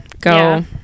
Go